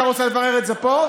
אתה רוצה לברר את זה פה?